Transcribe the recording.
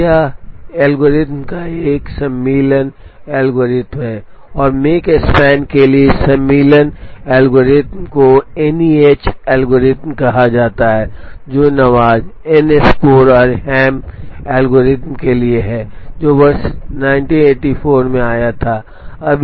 अब यह एल्गोरिथ्म एक सम्मिलन एल्गोरिथ्म है और मेक स्पैन के लिए इस सम्मिलन एल्गोरिथ्म को NEH एल्गोरिथम कहा जाता है जो नवाज़ एनस्कोर और हैम एल्गोरिथम के लिए है जो वर्ष 1984 में आया था